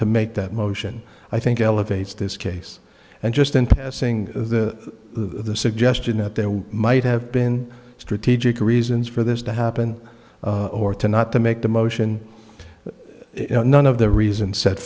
to make that motion i think elevates this case and just in passing the suggestion that there might have been strategic reasons for this to happen or to not to make the motion none of the reason set